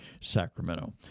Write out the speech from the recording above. Sacramento